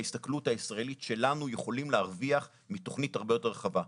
בהסתכלות הישראלית שלנו יכולים להרוויח מתוכנית הרבה יותר רחבה.